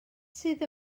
sydd